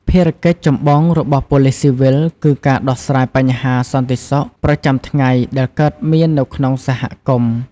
ភារកិច្ចចម្បងរបស់ប៉ូលិសស៊ីវិលគឺការដោះស្រាយបញ្ហាសន្តិសុខប្រចាំថ្ងៃដែលកើតមាននៅក្នុងសហគមន៍។